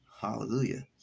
Hallelujah